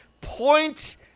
Point